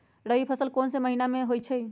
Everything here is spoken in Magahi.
रबी फसल कोंन कोंन महिना में होइ छइ?